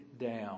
down